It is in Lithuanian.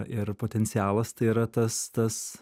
ir potencialas tai yra tas tas